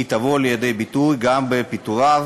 זה יבוא לידי ביטוי גם בפיטוריו,